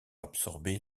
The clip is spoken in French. absorber